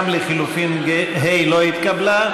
גם לחלופין ה' לא התקבלה.